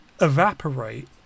evaporate